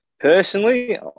Personally